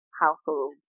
households